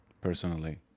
personally